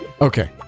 okay